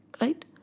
Right